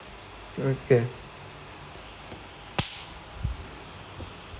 okay